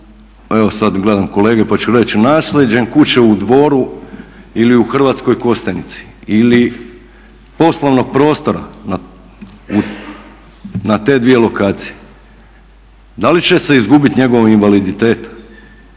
evo sada gledam kolege pa ću reći, nasljeđem kuće u Dvoru ili u Hrvatskoj Kostajnici ili poslovnog prostora na te dvije lokacije, da li će se izgubiti njegov invaliditet?